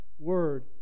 word